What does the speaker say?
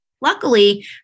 Luckily